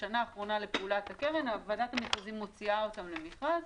בשנה האחרונה לפעולת הקרן ועדת המכרזים מוציאה אותם למכרז.